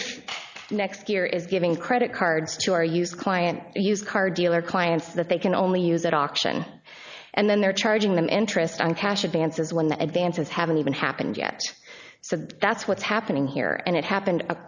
if next year is giving credit cards to our use client they use car dealer clients that they can only use at auction and then they're charging them interest on cash advances when the advances haven't even happened yet so that's what's happening here and it